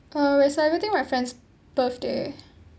uh we're celebrating my friend's birthday